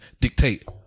dictate